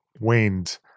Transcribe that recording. waned